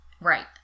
right